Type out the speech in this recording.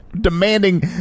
demanding